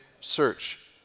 search